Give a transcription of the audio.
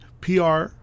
PR